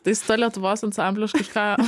tai su tuo lietuvos ansambliu aš kažką